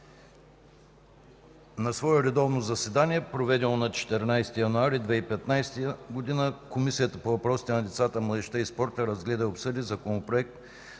„На свое редовно заседание, проведено на 14 януари 2015 г., Комисията по въпросите на децата, младежта и спорта разгледа и обсъди Законопроект